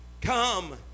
come